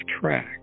track